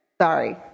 Sorry